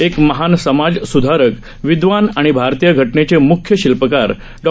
एक महान समाज सुधारक विदवान आणि भारतीय घ नेचे मुख्य शिल्पकार डॉ